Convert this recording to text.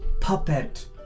Puppet